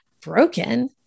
broken